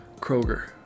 Kroger